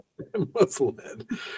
Musclehead